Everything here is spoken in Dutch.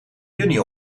juni